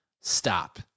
stop